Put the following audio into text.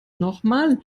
nochmal